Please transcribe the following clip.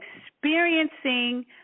experiencing